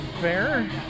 fair